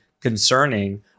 concerning